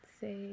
say